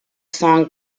song